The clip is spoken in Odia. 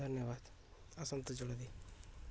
ଧନ୍ୟବାଦ ଆସନ୍ତୁ ଜଳଦି